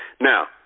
Now